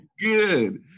Good